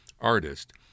artist